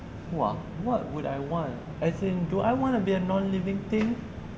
!wah! what would I want as in do I want to be a non-living thing